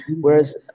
Whereas